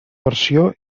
versió